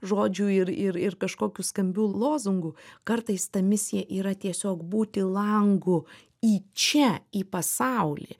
žodžių ir ir ir kažkokių skambių lozungų kartais ta misija yra tiesiog būti langu į čia į pasaulį